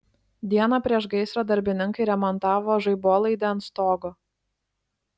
dieną prieš gaisrą darbininkai remontavo žaibolaidį ant stogo